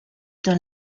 dans